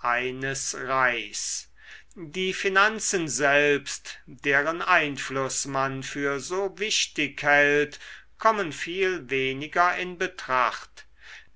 eines reichs die finanzen selbst deren einfluß man für so wichtig hält kommen viel weniger in betracht